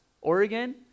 Oregon